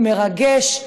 הוא מרגש,